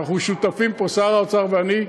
אנחנו שותפים פה, שר האוצר ואני.